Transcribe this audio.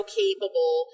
capable